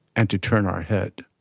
and to turn our head.